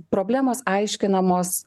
problemos aiškinamos